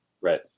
Right